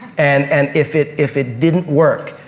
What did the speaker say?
and and if it if it didn't work,